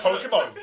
Pokemon